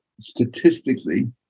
statistically